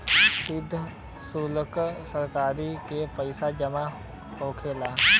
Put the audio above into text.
सीधा सुल्क सरकार के पास जमा होखेला